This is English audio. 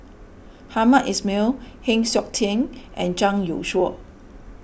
Hamed Ismail Heng Siok Tian and Zhang Youshuo